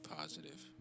positive